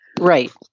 Right